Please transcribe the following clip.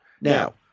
Now